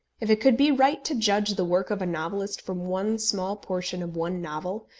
if it could be right to judge the work of a novelist from one small portion of one novel,